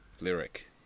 lyric